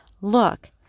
Look